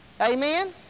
Amen